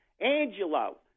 Angelo –